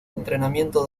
entrenamiento